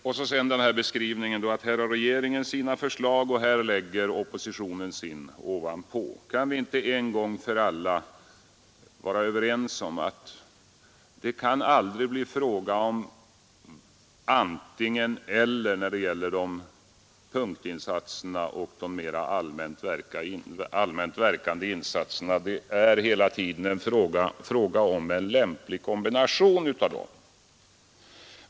Jag vänder mig mot beskrivningen att regeringen lägger fram sina förslag och att oppositionen lägger sina ovanpå. Kan vi inte en gång för alla bli överens om att det aldrig kan bli fråga om antingen —eller när det gäller punktinsatserna och de mer allmänt verkande insatserna; det är hela tiden en fråga om en lämplig kombination av dem.